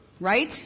Right